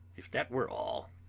if that were all,